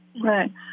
Right